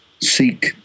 Seek